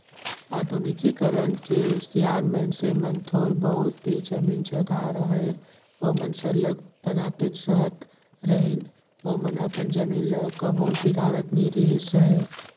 आधुनिकीकरन के सियान मइनसे मन थोर बहुत भी जमीन जगहा रअहे ओमन सरलग बनातेच रहत रहिन ओमन अपन जमीन ल कभू बिगाड़त नी रिहिस अहे